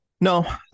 No